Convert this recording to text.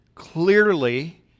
clearly